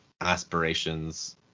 aspirations